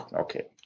Okay